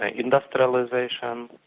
ah industrialisation,